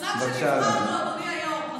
מזל שנבחרנו, אדוני היו"ר.